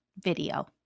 video